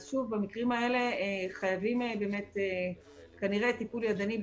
במקרים האלה חייבים כנראה טיפול ידני,